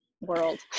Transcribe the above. world